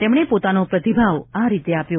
તેમણે પોતાનો પ્રતિભાવ આ રીતે આપ્યો